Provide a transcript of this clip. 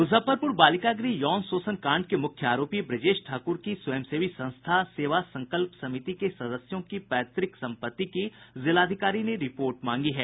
मुजफ्फरपुर बालिका गृह यौन शोषण कांड के मुख्य आरोपी ब्रजेश ठाकुर की स्वयंसेवी संस्था सेवा संकल्प समिति के सदस्यों की पैतृक संपत्ति की जिलाधिकारी ने रिपोर्ट मांगी है